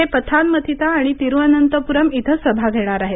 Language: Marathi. ते पथानमथिता आणि तिरुअनंतपुरम इथं सभा घेणार आहेत